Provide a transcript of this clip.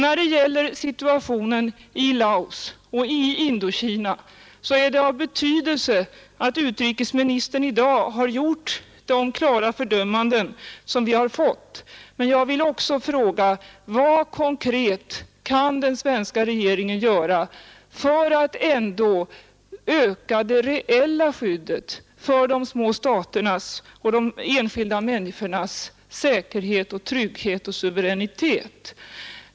När det gäller situationen i Laos och i Indokina i övrigt är det av betydelse att utrikesministern i dag har gjort de klara fördömanden som vi har hört, men jag vill också fråga: Vad konkret kan den svenska regeringen göra för att ändå öka det reella skyddet för de små staternas och de enskilda människornas säkerhet och trygghet och suveränitet?